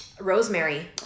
rosemary